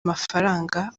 mafaranga